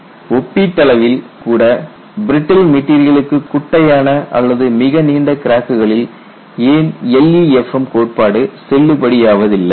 கேள்வி ஒப்பீட்டளவில் கூட பிரட்டில் மெட்டீரியலுக்கு குட்டையான அல்லது மிக நீண்ட கிராக்குகளில் ஏன் LEFM கோட்பாடு செல்லுபடியாவதில்லை